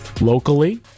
locally